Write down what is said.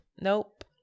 Nope